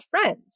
friends